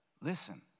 Listen